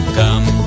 come